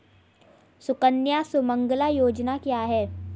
सुकन्या सुमंगला योजना क्या है?